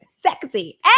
Sexy